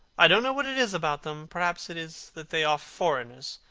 i don't know what it is about them. perhaps it is that they are foreigners.